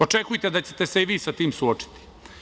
Očekujte da ćete se i vi sa tim suočiti.